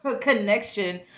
Connection